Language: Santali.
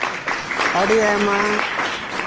ᱟᱹᱰᱤ ᱟᱭᱢᱟ